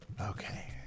Okay